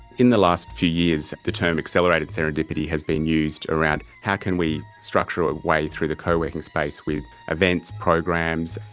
in the last few years, the term accelerated serendipity has been used around how can we structure a way through the co-working space with events, programs,